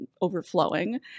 overflowing